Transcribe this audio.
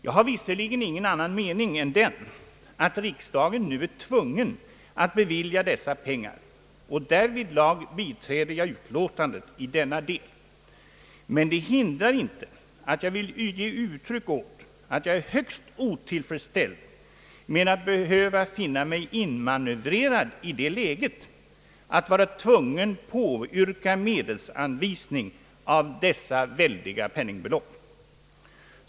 Jag har visserligen ingen annan mening än den att riksdagen nu är tvungen att bevilja dessa pengar, och därvidlag biträder jag utlåtandet i denna del, men det hindrar inte att jag vill ge uttryck åt att jag är högst otillfredsställd med att behöva finna mig inmanövrerad i det läget att vara tvungen påyrka medelsanvisning av dessa väldiga penningbelopp.